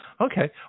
Okay